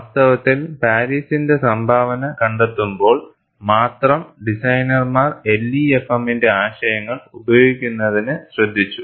വാസ്തവത്തിൽപാരീസിന്റെ സംഭാവന കണ്ടെത്തുമ്പോൾ മാത്രം ഡിസൈനർമാർ LEFM ന്റെ ആശയങ്ങൾ ഉപയോഗിക്കുന്നതിന് ശ്രദ്ധിച്ചു